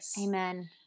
Amen